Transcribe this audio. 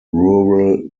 rural